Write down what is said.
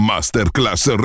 Masterclass